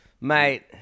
mate